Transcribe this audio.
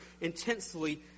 intensely